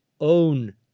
own